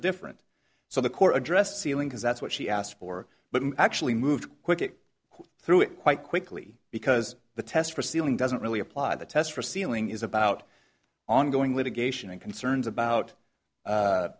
different so the corps addressed ceiling because that's what she asked for but actually moved quickly through it quite quickly because the test for stealing doesn't really apply the test for sealing is about ongoing litigation and concerns about